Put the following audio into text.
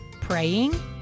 praying